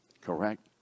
Correct